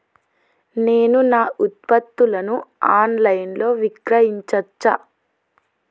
నేను నా ఉత్పత్తులను ఆన్ లైన్ లో విక్రయించచ్చా?